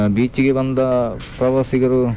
ಬೀಚಿಗೆ ಬಂದ ಪ್ರವಾಸಿಗರು